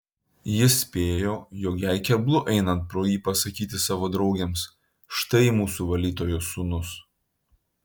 jis spėjo jog jai keblu einant pro jį pasakyti savo draugėms štai mūsų valytojos sūnus